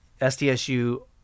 SDSU